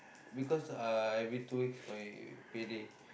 because uh every two weeks my pay day